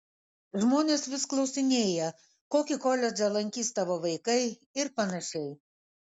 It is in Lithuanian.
žmonės vis klausinėja kokį koledžą lankys tavo vaikai ir panašiai